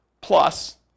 Plus